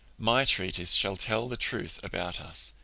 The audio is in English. my treatise shall tell the truth about us.